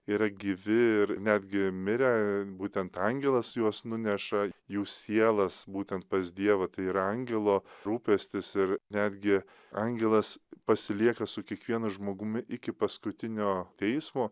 yra gyvi ir netgi mirę būtent angelas juos nuneša jų sielas būtent pas dievą tai ir angelo rūpestis ir netgi angelas pasilieka su kiekvienu žmogumi iki paskutinio teismo